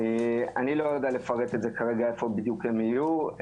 אני לא יודע לפרט את זה כרגע איפה בדיוק הן יהיו.